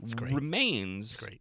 remains